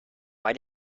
why